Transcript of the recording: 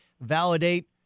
validate